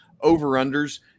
over-unders